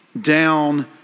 down